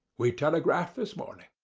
we telegraphed this morning.